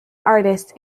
artists